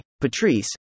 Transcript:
Patrice